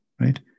right